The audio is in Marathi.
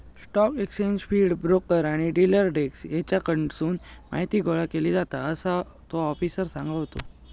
स्टॉक एक्सचेंज फीड, ब्रोकर आणि डिलर डेस्क हेच्याकडसून माहीती गोळा केली जाता, असा तो आफिसर सांगत होतो